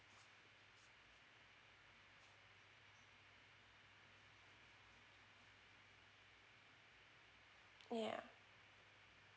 yeah